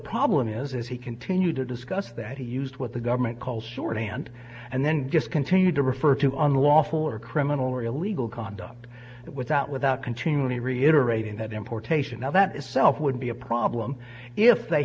problem is as he continued to discuss that he used what the government calls shorthand and then just continued to refer to unlawful or criminal or illegal conduct without without continually reiterating that importation of that itself would be a problem if they